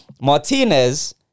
Martinez